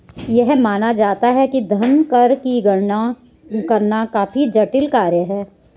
यह माना जाता है कि धन कर की गणना करना काफी जटिल कार्य है